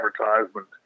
advertisement